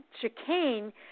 chicane